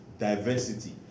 Diversity